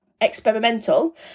experimental